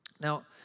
Now